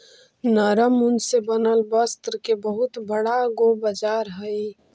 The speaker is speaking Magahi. नरम ऊन से बनल वस्त्र के बहुत बड़ा गो बाजार हई